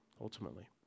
ultimately